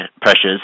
pressures